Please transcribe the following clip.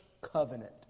covenant